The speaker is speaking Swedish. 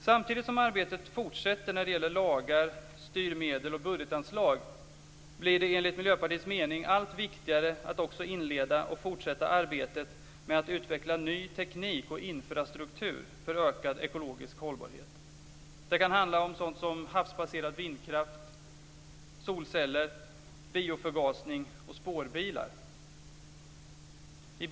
Samtidigt som arbetet fortsätter när det gäller lagar, styrmedel och budgetanslag, blir det enligt Miljöpartiets mening allt viktigare att också inleda och fortsätta arbetet med att utveckla ny teknik och infrastruktur för ökad ekologisk hållbarhet. Det kan handla om sådant som havsbaserad vindkraft, solceller, bioförgasning och spårbilar.